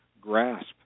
grasp